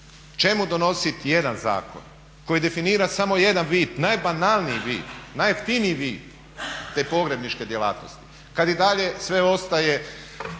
Čemu donositi jedan zakon koji definira samo jedan vid najbanalniji vid, najjeftiniji vid te pogrebničke djelatnosti kad i dalje sve ostaje